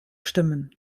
stimmen